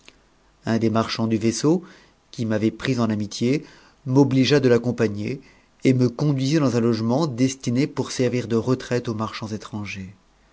un des marchands du vaisseau qui m'avait pris en amitié m'obligea je l'accompagner et me conduisit dans un logement destiné pour servir de retraite aux marchands étrangers